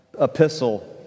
epistle